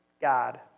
God